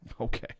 Okay